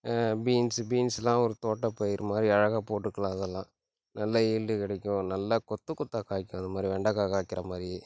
beans பீன்ஸ்லாம் ஒரு தோட்டப் பயிர்மாதிரி அழகாக போட்டுக்கலாம் அதெல்லாம் நல்ல ஈல்டு கிடைக்கும் நல்லா கொத்து கொத்தாக காய்க்கும் அதுமாதிரி வெண்டக்காய் காய்க்கிறமாதிரி